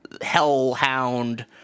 hellhound